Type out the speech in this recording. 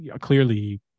clearly